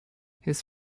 his